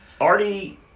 Artie